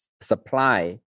supply